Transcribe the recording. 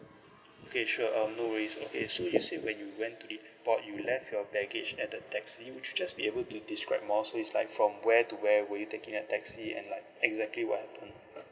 okay sure um no worries okay so you said when you went to the airport you left your baggage at the taxi would you just be able to describe more so it's like from where to where were you taking the taxi and like exactly what happen